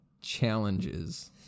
challenges